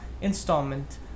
installment